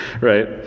right